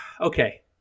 okay